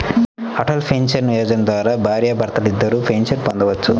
Atal Pension Yojana ద్వారా భార్యాభర్తలిద్దరూ pension పొందొచ్చు